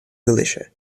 galicia